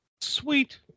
Sweet